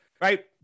right